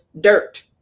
dirt